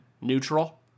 neutral